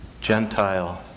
Gentile